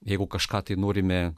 jeigu kažką tai norime